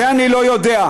זה אני לא יודע.